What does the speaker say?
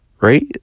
right